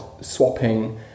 swapping